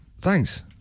thanks